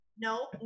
No